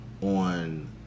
on